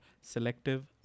selective